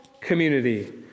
community